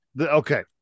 Okay